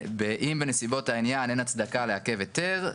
שאם בנסיבות העניין אין הצדקה לעכב היתר,